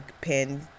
pin